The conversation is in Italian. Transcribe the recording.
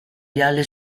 viale